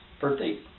Birthday